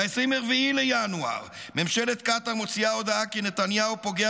ב-24 בינואר ממשלת קטר מוציאה הודעה כי נתניהו פוגע